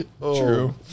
True